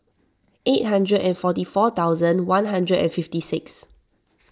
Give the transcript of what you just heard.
eight hundred and forty four thousand one hundred and fifty six